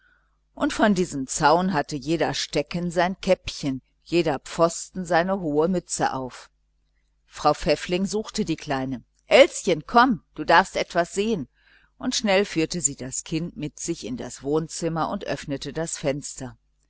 und von diesem zaun hatte jeder stecken sein käppchen jeder pfosten seine hohe mütze auf frau pfäffling suchte die kleine elschen komm du darfst etwas sehen und schnell führte sie das kind mit sich in das wohnzimmer und öffnete das fenster